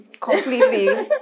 completely